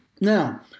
Now